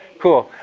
cool.